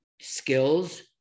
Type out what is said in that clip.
skills